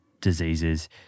diseases